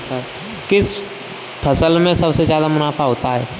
किस फसल में सबसे जादा मुनाफा होता है?